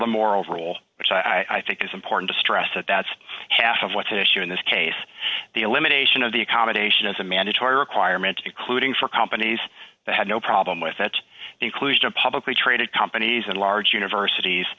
the moral rule which i think is important to stress that that's half of what's at issue in this case the elimination of the accommodation as a mandatory requirement including for companies that had no problem with that inclusion of publicly traded companies and large universities